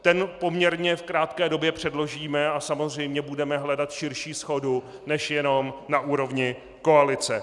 Ten poměrně v krátké době předložíme a samozřejmě budeme hledat širší shodu než jenom na úrovni koalice.